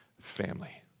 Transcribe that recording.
family